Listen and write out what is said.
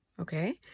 Okay